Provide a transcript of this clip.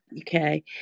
Okay